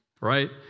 right